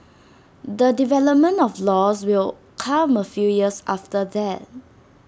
the development of laws will come A few years after that